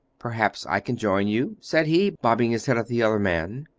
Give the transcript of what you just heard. perhaps i can join you? said he, bobbing his head at the other man.